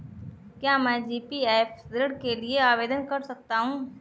क्या मैं जी.पी.एफ ऋण के लिए आवेदन कर सकता हूँ?